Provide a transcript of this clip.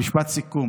משפט סיכום.